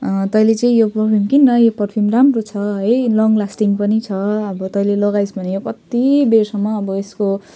तैँले चाहिँ यो परफ्युम किन् न यो परफ्युम राम्रो छ है लङ लास्टिङ पनि छ अब तैँले लगाइस् भने यो कत्तिबेरसम्म अब यसको